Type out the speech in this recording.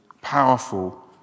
powerful